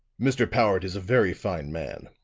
mr. powart is a very fine man.